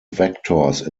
vectors